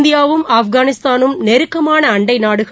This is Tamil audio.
இந்தியாவும் ஆப்கானிஸ்தானம் நெருக்கமானஅண்டைநாடுகள்